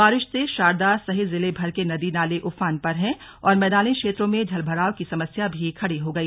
बारिश से शारदा सहित जिले भर के नदी नाले उफान पर है और मैदानी क्षेत्रों में जलभराव की समस्या भी खड़ी हो गई